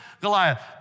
Goliath